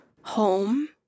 Home